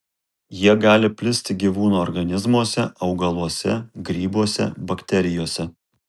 jie gali plisti gyvūnų organizmuose augaluose grybuose bakterijose